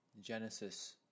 Genesis